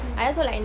hmm